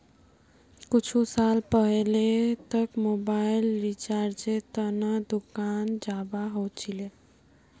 कुछु साल पहले तक मोबाइल रिचार्जेर त न दुकान जाबा ह छिले